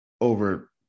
over